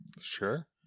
Sure